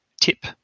tip